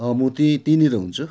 म ती त्यहीँनिर हुन्छु